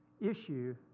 issue